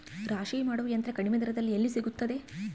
ರಾಶಿ ಮಾಡುವ ಯಂತ್ರ ಕಡಿಮೆ ದರದಲ್ಲಿ ಎಲ್ಲಿ ಸಿಗುತ್ತದೆ?